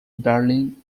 berlin